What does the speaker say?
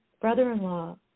brother-in-law